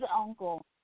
uncle